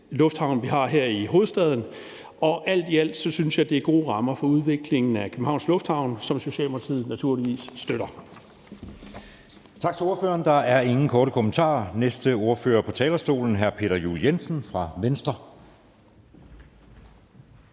lufthavn, vi har her i hovedstaden. Alt i alt synes jeg det er gode rammer for udviklingen af Københavns Lufthavn, som Socialdemokratiet naturligvis støtter. Kl. 14:29 Anden næstformand (Jeppe Søe): Tak til ordføreren. Der er ingen korte bemærkninger. Næste ordfører på talerstolen er hr. Peter Juel-Jensen fra Venstre.